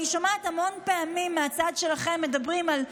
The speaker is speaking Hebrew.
אני שומעת המון פעמים מהצד שלכם שמדברים על שוויון,